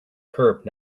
curb